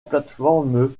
plateforme